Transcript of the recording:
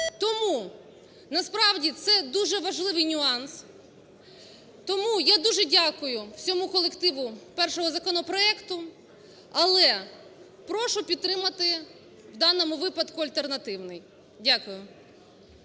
Тому насправді це дуже важливий нюанс, тому я дуже дякую всьому колективу першого законопроекту, але прошу підтримати в даному випадку альтернативний. Дякую.